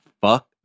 Fuck